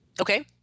Okay